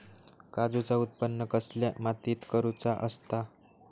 काजूचा उत्त्पन कसल्या मातीत करुचा असता?